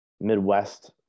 Midwest